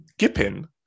gipping